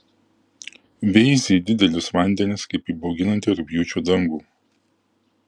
veizi į didelius vandenis kaip į bauginantį rugpjūčio dangų